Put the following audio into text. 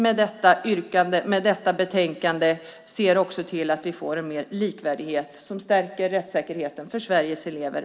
Med detta yrkande och betänkande ser vi också till att vi får en större likvärdighet som stärker rättssäkerheten för Sveriges elever.